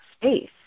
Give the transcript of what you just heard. space